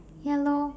ya lor